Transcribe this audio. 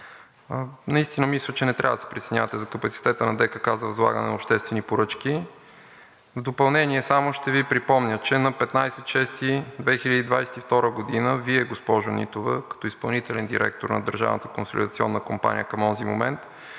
наистина мисля, че не трябва да се притеснявате за капацитета на ДКК за възлагане на обществени поръчки. В допълнение само ще Ви припомня, че на 15 юни 2022 г. Вие, госпожо Нитова, като изпълнителен директор на „Държавната